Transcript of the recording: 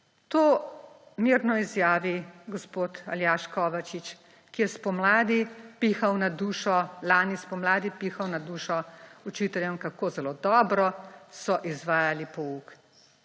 To mirno izjavi gospod Aljaž Kovačič, ki je spomladi pihal na dušo, lani spomladi pihal na dušo učiteljem, kako zelo dobro so izvajali pouk.